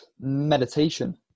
meditation